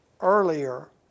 earlier